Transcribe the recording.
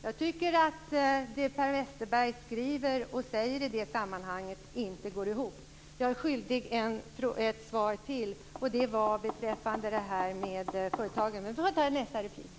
Jag tycker att det som Per Westerberg skriver och säger i det sammanhanget inte går ihop. Ytterligare ett svar är jag skyldig. Det gäller då företagandet men det får jag ta i nästa replik.